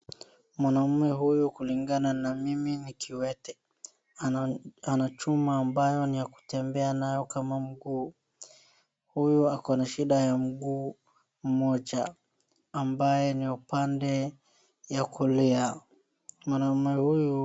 Mwanamume huyu kulingana na mimi ni kiwete. Anachuma ambayo ni ya kutembea nayo kama mguu. Huyu ako na shida ya mguu mmoja ambaye ni upande ya kulia. Mwanamume huyu.